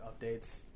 updates